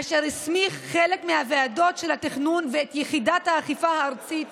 אשר הסמיך חלק מהוועדות של התכנון ואת יחידת האכיפה הארצית